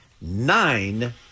nine